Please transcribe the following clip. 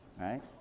right